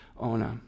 Ona